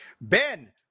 ben